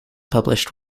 published